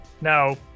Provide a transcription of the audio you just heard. Now